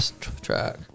track